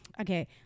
okay